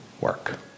work